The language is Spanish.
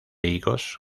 higos